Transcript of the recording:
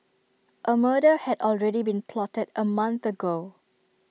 A murder had already been plotted A month ago